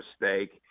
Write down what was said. mistake